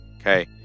Okay